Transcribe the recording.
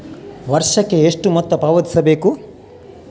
ವರ್ಷಕ್ಕೆ ಎಷ್ಟು ಮೊತ್ತ ಪಾವತಿಸಬೇಕು?